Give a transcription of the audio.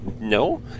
no